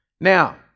Now